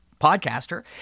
podcaster